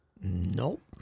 Nope